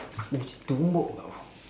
aku c~ tumbuk kau